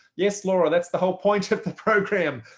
yes, laura. that's the whole point of the program.